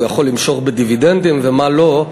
הוא יכול למשוך בדיבידנדים ומה לא,